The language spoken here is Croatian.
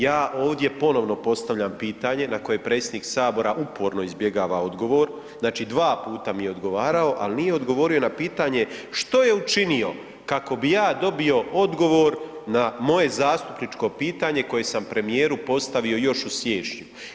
Ja ovdje ponovno postavljam pitanje na koje predsjednik Sabora uporno izbjegava odgovor, znači 2 puta mi je odgovarao, ali nije odgovorio na pitanje što je učinio kako bi ja dobio odgovor na moje zastupničko pitanje koje sam premijeru postavio još u siječnju.